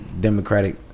Democratic